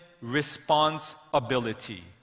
responsibility